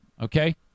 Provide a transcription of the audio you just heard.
okay